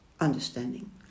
understanding